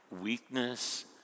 weakness